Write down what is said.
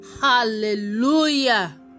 Hallelujah